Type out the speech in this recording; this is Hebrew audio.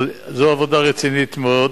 זו עבודה רצינית מאוד.